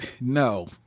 No